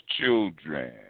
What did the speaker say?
children